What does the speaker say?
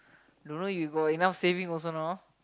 don't know you got enough saving also not